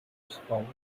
spouse